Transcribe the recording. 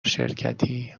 شرکتی